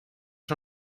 che